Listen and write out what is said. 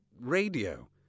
Radio